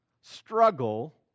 struggle